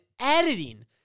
editing